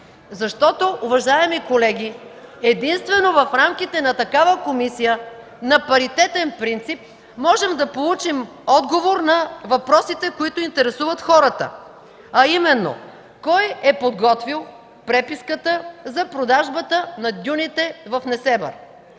Защото, уважаеми колеги, единствено в рамките на такава комисия на паритетен принцип можем да получим отговор на въпросите, които интересуват хората, а именно: Кой е подготвил преписката за продажбата на дюните в Несебър?